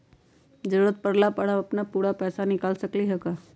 जरूरत परला पर हम अपन पूरा पैसा निकाल सकली ह का?